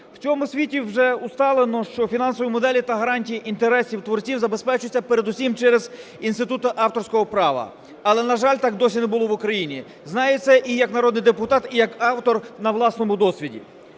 У цьому світі вже усталено, що фінансові моделі та гарантії інтересів творців забезпечуються передусім через інститут авторського права. Але, на жаль, так досі не було в Україні. Знаю це і як народний депутат, і як автор на власному досвіді.